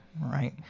Right